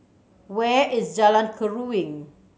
where is Jalan Keruing